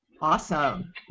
awesome